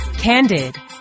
Candid